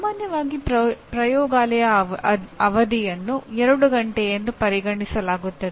ಸಾಮಾನ್ಯವಾಗಿ ಪ್ರಯೋಗಾಲಯ ಅವಧಿಯನ್ನು 2 ಗಂಟೆ ಎಂದು ಪರಿಗಣಿಸಲಾಗುತ್ತದೆ